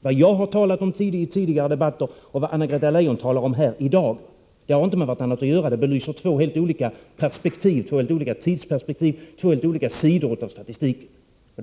Vad jag har talat om i tidigare debatter och vad Anna-Greta Leijon talar om här i dag har inte med vartannat att göra — det belyser två helt olika tidsperspektiv, två helt olika sidor av statistiken.